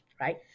right